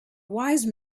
wise